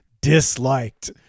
disliked